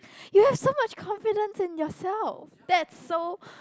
you have so much confidence in yourself that's so